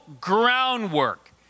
groundwork